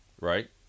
right